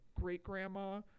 great-grandma